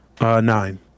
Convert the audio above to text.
Nine